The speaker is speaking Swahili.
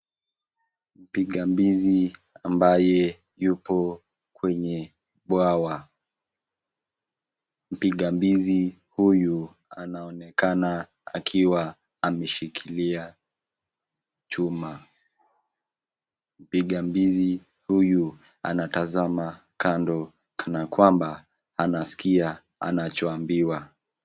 Mpiga mbizi ambaye yupo kwenye bwawa. Mpiga mbizi huyu anaoenekana akiwa ameshikilia chuma. Mpiga mbizi huyu anatazama kando kana kwamba anaskia anachoambiwa.